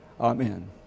Amen